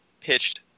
pitched